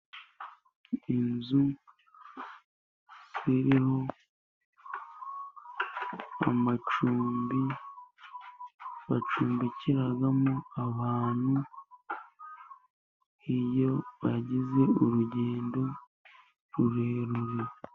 Inzu ziriho amacumbi bacumbikiramo abantu, iyo bagize urugendo rurerure.